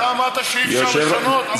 אתה אמרת שאי-אפשר לשנות.